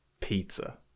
pizza